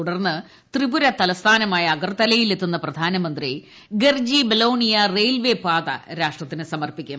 തുടർന്ന് ത്രിപുര തലസ്ഥാനമായ അഗർത്തലയിൽ എത്തുന്ന പ്രധാനമന്ത്രി ഗർജി ബെലോണിയ റെയിൽവേപ്പാത രാഷ്ട്രത്തിന് സമർപ്പിക്കും